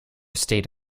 state